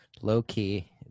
low-key